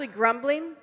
grumbling